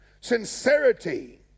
Sincerity